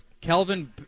Kelvin